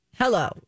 Hello